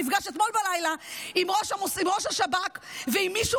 הוא נפגש אתמול בלילה עם ראש השב"כ ועם מישהו